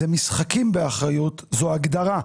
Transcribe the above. זה משחקים באחריות, זה הגדרה.